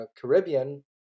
Caribbean